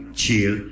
chill